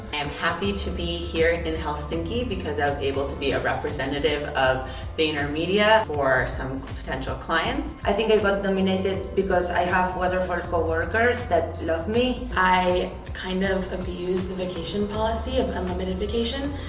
and happy to be here in helsinki because i was able to be a representative of vayner media for some potential clients. i think i got nominated because i have wonderful co-workers that love me. i kind of abuse the vacation policy of unlimited vacation.